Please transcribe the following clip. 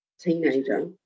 teenager